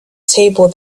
table